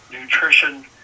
nutrition